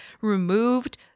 removed